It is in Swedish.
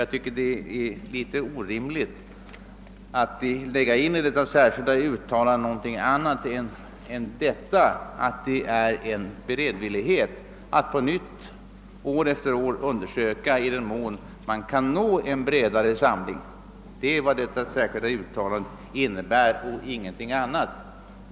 Jag tycker att det är orimligt att i detta särskilda yttrande lägga in någonting annat än att det är ett uttryck för en beredvillighet att på nytt, år efter år, undersöka i vilken mån man kan nå en bredare samling. Det är vad detta särskilda yttrande innebär, och ingenting annat.